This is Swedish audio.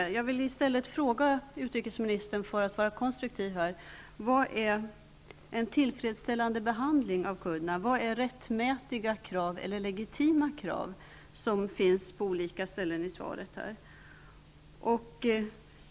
För att vara konstruktiv skall jag fråga utrikesministern följande: Vad är en tillfredsställande behandling av kurderna? Vad är rättmätiga eller legitima krav, som det står i svaret?